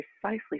precisely